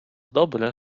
dobre